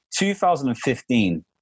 2015